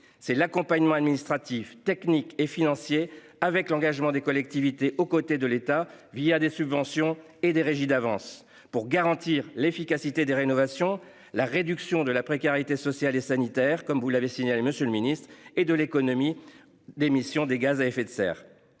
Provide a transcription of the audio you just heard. c'est l'accompagnement administratif, technique et financier avec l'engagement des collectivités aux côtés de l'État, via des subventions et des régies d'avance pour garantir l'efficacité des rénovations. La réduction de la précarité sociale et sanitaire comme vous l'avez signalé, Monsieur le Ministre et de l'économie d'émissions des gaz à effet de serre.